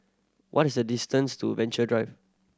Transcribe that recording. what is the distance to Venture Drive